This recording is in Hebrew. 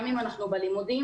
גם אם אנחנו בלימודים,